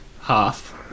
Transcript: half